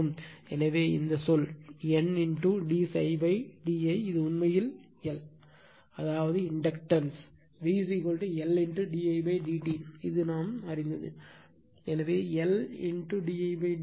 எனவே இந்த சொல் N d ∅ d i இது உண்மையில் L அதாவது inductance v L d i d t இது நாம் கண்டது எனவே L d i d t